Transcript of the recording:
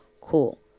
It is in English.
Cool